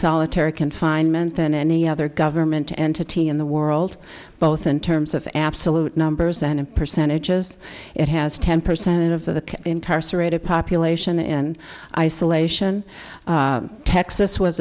solitary confinement than any other government entity in the world both in terms of absolute numbers and percentages it has ten percent of the entire cerate a population in isolation texas was